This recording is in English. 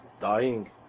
dying